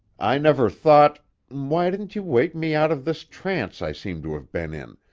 i never thought why didn't you wake me out of this trance i seem to have been in,